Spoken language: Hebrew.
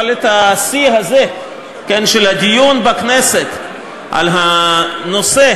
אבל את השיא הזה, כן, של הדיון בכנסת על נושא